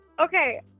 okay